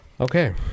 Okay